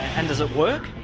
and does it work?